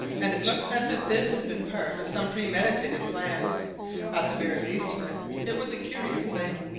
and it looked as if this had been part of some premeditated plan at the very least of it, it was a curious thing.